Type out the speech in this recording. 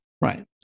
Right